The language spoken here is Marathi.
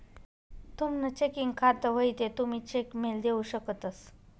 तुमनं चेकिंग खातं व्हयी ते तुमी चेक मेल देऊ शकतंस